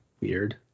weird